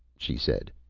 she said.